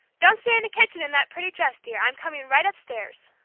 don't stay in the kitchen in that pretty dress, dear! i'm coming right upstairs.